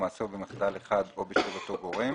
במעשה או במחדל אחד או בשל אותו גורם.